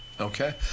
Okay